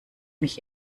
mich